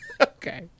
Okay